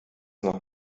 noch